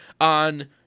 on